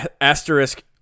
asterisk